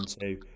two